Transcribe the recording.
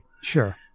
Sure